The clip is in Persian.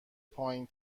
پایین